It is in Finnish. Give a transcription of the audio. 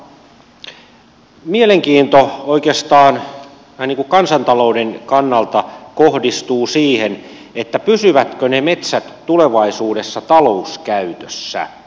mutta mielenkiinto oikeastaan vähän niin kuin kansantalouden kannalta kohdistuu siihen pysyvätkö ne metsät tulevaisuudessa talouskäytössä